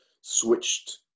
switched